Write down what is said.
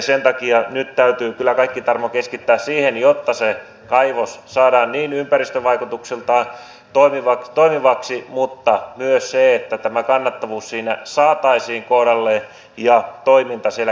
sen takia nyt täytyy kyllä kaikki tarmo keskittää siihen että se kaivos saadaan ympäristövaikutuksiltaan toimivaksi mutta myös että tämä kannattavuus siinä saataisiin kohdalleen ja toiminta siellä käyntiin